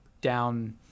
down